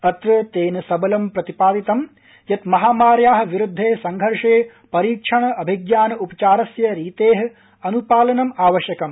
अत्र तेन सबलं प्रतिपादितं यत् महामार्या विरूदधे संघर्षे परीक्षणस्य अभिज्ञानस्य उपचारस्य रीते अनुपालनम् आवश्यकम्